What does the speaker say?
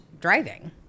driving